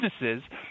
businesses